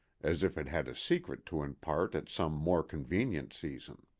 as if it had a secret to impart at some more convenient season.